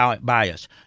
bias